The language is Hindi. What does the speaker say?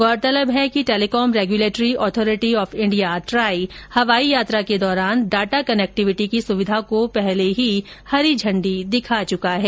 गौरतलब है कि telecom regulatory authority of India TRAI हवाई यात्रा के दौरान डाटा कनेक्टिविटी की सुविधा को पहले ही हरी झण्डी दिखा चुका है